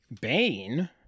Bane